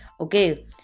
Okay